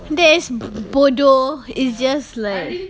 there's b~ bodoh it's just like